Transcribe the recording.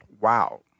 Wow